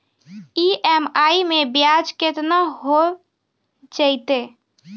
EMI मैं ब्याज केतना हो जयतै?